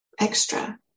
extra